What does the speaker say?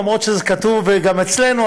אומנם זה כתוב גם אצלנו,